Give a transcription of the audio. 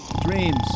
Dreams